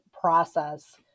process